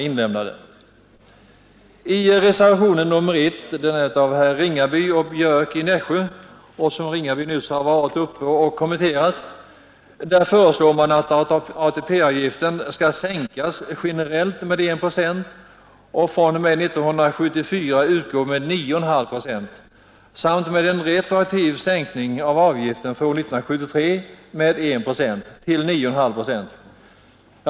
Jag skall här något kommentera de reservationer som har avgivits och som bygger på de motioner som har väckts.